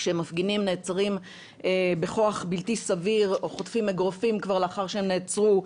כשמפגינים נעצרים בכוח בלתי סביר או חוטפים אגרופים לאחר שהם כבר נעצרו,